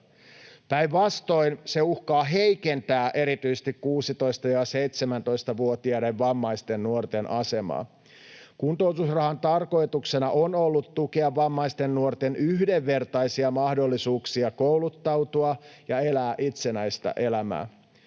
Päinvastoin se uhkaa heikentää erityisesti 16- ja 17-vuotiaiden vammaisten nuorten asemaa. Kuntoutusrahan tarkoituksena on ollut tukea vammaisten nuorten yhdenvertaisia mahdollisuuksia kouluttautua ja elää itsenäistä elämää.